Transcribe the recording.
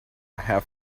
half